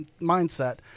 mindset